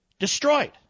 destroyed